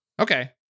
Okay